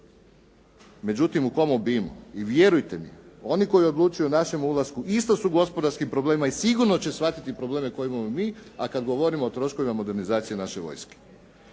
međutim u kom obimu. I vjerujte mi, oni koji odlučuju o našem ulasku istih su gospodarskih problema i sigurno će shvatiti probleme koje imamo i mi, a kad govorimo o troškovima modernizacije naše vojske.